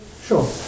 Sure